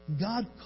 God